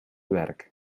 werk